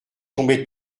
tombait